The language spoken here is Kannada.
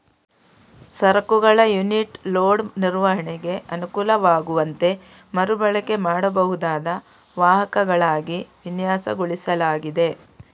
ಸರಕುಗಳ ಯುನಿಟ್ ಲೋಡ್ ನಿರ್ವಹಣೆಗೆ ಅನುಕೂಲವಾಗುವಂತೆ ಮರು ಬಳಕೆ ಮಾಡಬಹುದಾದ ವಾಹಕಗಳಾಗಿ ವಿನ್ಯಾಸಗೊಳಿಸಲಾಗಿದೆ